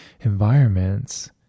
environments